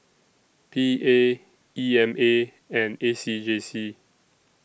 P A E M A and A C J C